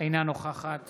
אינה נוכחת